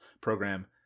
program